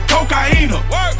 Cocaina